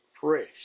fresh